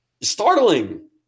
startling